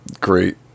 great